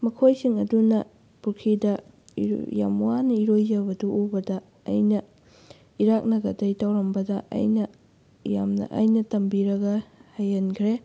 ꯃꯈꯣꯏꯁꯤꯡ ꯑꯗꯨꯅ ꯄꯨꯈ꯭꯭ꯔꯤꯗ ꯌꯥꯝ ꯋꯥꯅ ꯏꯔꯣꯏꯖꯕꯗꯨ ꯎꯕꯗ ꯑꯩꯅ ꯏꯔꯥꯛꯅꯒꯗꯣꯏ ꯇꯧꯔꯝꯕꯗ ꯑꯩꯅ ꯌꯥꯝꯅ ꯑꯩꯅ ꯇꯝꯕꯤꯔꯒ ꯍꯩꯍꯟꯈ꯭ꯔꯦ